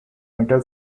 metal